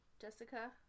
Jessica